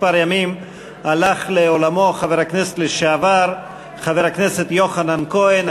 מספר הלך לעולמו חבר הכנסת לשעבר יוחנן כהן.